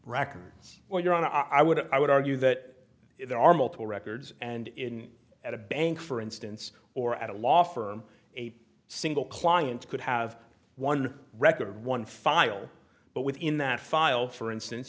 or your honor i would i would argue that there are multiple records and in at a bank for instance or at a law firm a single client could have one record one file but within that file for instance